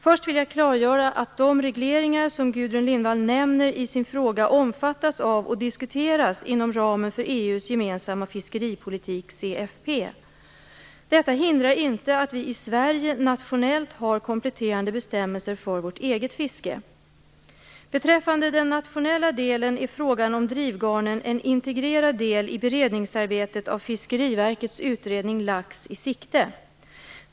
Först vill jag klargöra att de regleringar som Gudrun Lindvall nämner i sin fråga omfattas av och diskuteras inom ramen för EU:s gemensamma fiskeripolitik - CFP. Detta hindrar inte att vi i Sverige nationellt har kompletterande bestämmelser för vårt eget fiske. Beträffande den nationella delen är frågan om drivgarnen en integrerad del i beredningsarbetet av Fiskeriverkets utredning Lax i sikte.